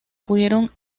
pudieron